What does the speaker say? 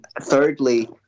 Thirdly